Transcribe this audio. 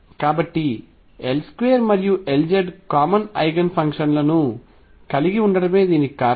కాబట్టి L2 మరియు Lz common eigen function లను కలిగి ఉండటమే దీనికి కారణం